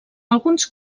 alguns